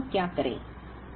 तो अब हम क्या करें